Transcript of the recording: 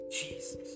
jesus